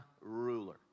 ruler